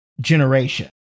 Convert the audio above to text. generation